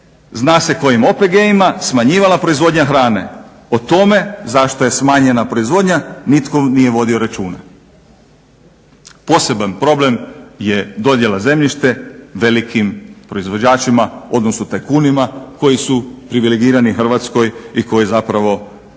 zna se kojim OPG-ima, smanjivala proizvodnja hrane. O tome zašto je smanjena proizvodnja nitko nije vodio računa. Poseban problem je dodjela zemljišta velikim proizvođačima odnosno tajkunima koji su privilegirani Hrvatskoj i koji zapravo vode